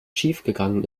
schiefgegangen